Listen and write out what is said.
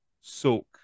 soak